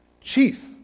Chief